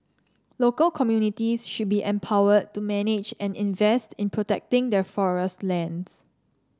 local communities should be empowered to manage and invest in protecting their forest lands